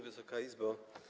Wysoka Izbo!